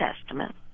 Testament